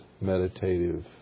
meditative